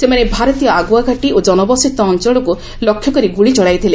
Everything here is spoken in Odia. ସେମାନେ ଭାରତୀୟ ଆଗ୍ରଆ ଘାଟୀ ଓ ଜନବସତି ଅଞ୍ଚଳକ୍ ଲକ୍ଷ୍ୟ କରି ଗ୍ରଳି ଚଳାଇଥିଲେ